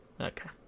Okay